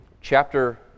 chapter